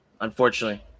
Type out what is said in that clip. unfortunately